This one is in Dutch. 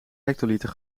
hectoliter